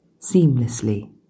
seamlessly